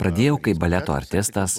pradėjau kaip baleto artistas